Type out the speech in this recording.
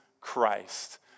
Christ